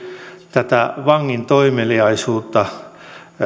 tätä vangin toimeliaisuutta